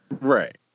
Right